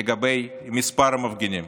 לגבי מספר המפגינים.